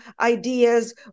ideas